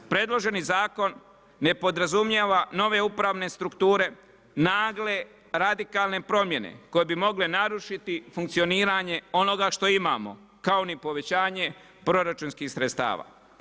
Predloženi zakon ne podrazumijeva nove upravne strukture, nagle radikalne promjene, koje bi mogle narušiti funkcioniranje onoga što imamo, kao ni povećanje proračunskih sredstava.